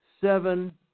seven